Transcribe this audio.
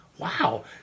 Wow